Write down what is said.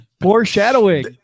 foreshadowing